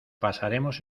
pasaremos